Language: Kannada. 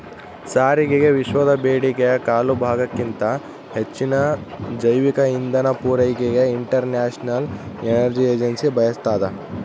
ಸಾರಿಗೆಗೆವಿಶ್ವದ ಬೇಡಿಕೆಯ ಕಾಲುಭಾಗಕ್ಕಿಂತ ಹೆಚ್ಚಿನ ಜೈವಿಕ ಇಂಧನ ಪೂರೈಕೆಗೆ ಇಂಟರ್ನ್ಯಾಷನಲ್ ಎನರ್ಜಿ ಏಜೆನ್ಸಿ ಬಯಸ್ತಾದ